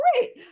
great